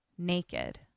Naked